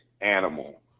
animal